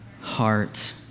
heart